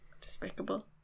Despicable